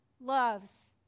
loves